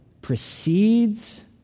precedes